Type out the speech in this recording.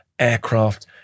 Aircraft